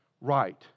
right